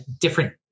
different